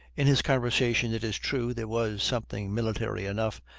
in his conversation, it is true, there was something military enough,